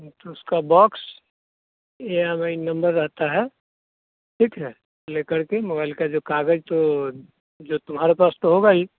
तो उसका box A M I number रहता है ठीक है ले करके मोबाइल का जो कागज़ तो जो तुम्हारे पास तो होगा ही